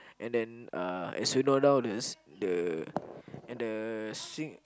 and then uh as sooner or now there's the and the sing